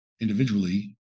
individually